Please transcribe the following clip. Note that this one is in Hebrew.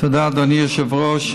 תודה, אדוני היושב-ראש.